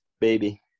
baby